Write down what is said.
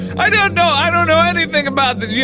i don't know i don't know anything about this! you